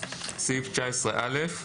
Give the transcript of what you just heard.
סעיף 19א,